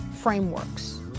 frameworks